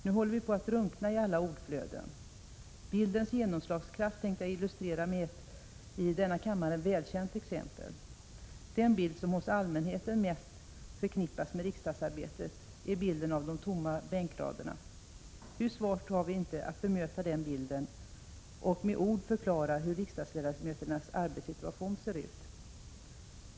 Nu håller vi på att drunkna i ordflödet. Bildens genomslagskraft tänkte jag illustrera med ett i denna kammare välkänt exempel. Den bild som hos allmänheten mest förknippas med riksdagsarbetet är bilden av de tomma bänkraderna. Hur svårt har vi inte att bemöta den bilden och med ord förklara hur riksdagsledamöternas arbetssituation ser ut!